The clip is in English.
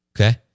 Okay